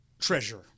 treasure